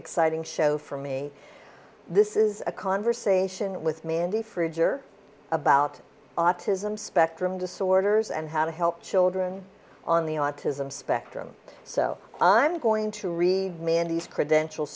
exciting show for me this is a conversation with me in the fridge or about autism spectrum disorders and how to help children on the autism spectrum so i'm going to read mandy's credential